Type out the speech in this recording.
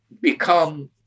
become